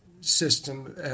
system